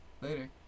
later